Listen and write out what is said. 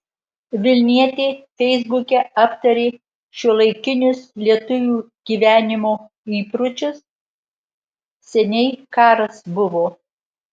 vilnietė feisbuke aptarė šiuolaikinius lietuvių gyvenimo įpročius seniai karas buvo